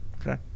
Okay